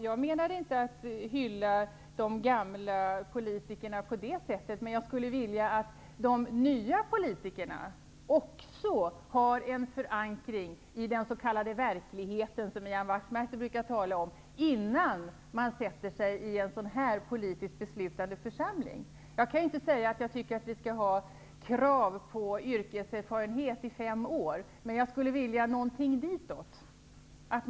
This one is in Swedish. Jag avsåg inte att hylla de gamla politikerna på det sättet, men jag skulle vilja att de nya politikerna också har en förankring i den s.k. verkligheten, som Ian Wachtmeister brukar tala om, innan de sätter sig i en sådan här politiskt beslutande församling. Jag tycker inte att vi skall ställa krav på yrkeserfarenhet i fem år, men jag skulle önska någonting ditåt.